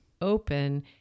open